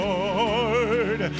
Lord